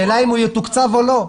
השאלה אם הוא יתוקצב או לא.